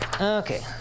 Okay